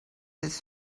his